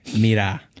mira